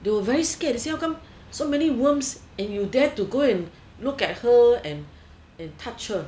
they were very scared said how come so many worms and you dare to look at her and touch her